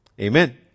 amen